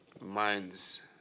minds